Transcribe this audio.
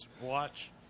watch